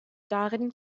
darin